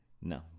No